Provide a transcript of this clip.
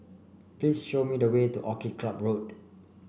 please show me the way to Orchid Club Road